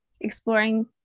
exploring